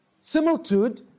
similitude